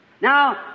Now